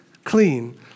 Clean